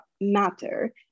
matter